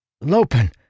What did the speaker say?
Lopin